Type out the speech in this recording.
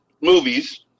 movies